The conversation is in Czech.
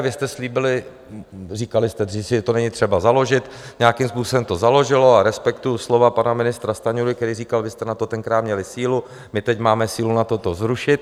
Vy jste slíbili, říkali jste, že to není třeba založit, nějakým způsobem to založilo a respektuji slova pana ministra Stanjury, který říkal: vy jste na to tenkrát měli sílu, my teď máme sílu na to to zrušit.